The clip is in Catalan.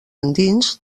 endins